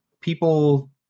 people